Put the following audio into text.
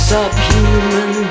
Subhuman